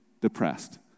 depressed